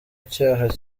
icyaha